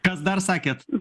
kas dar sakėt